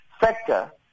sector